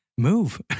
move